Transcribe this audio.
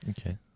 Okay